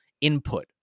input